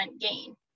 gain